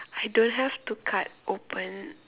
I don't have to cut open